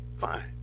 fine